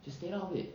just stay out of it